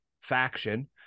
faction